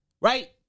Right